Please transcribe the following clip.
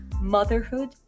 motherhood